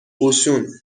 اوشون